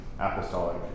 Apostolic